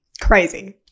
Crazy